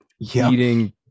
eating